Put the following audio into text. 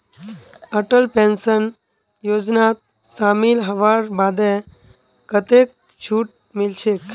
Atal pension योजनात शामिल हबार बादे कतेक छूट मिलछेक